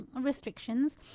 restrictions